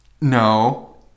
No